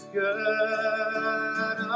good